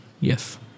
Yes